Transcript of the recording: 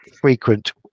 frequent